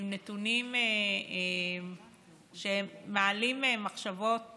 עם נתונים שמעלים מחשבות